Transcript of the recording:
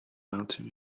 mountain